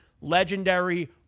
legendary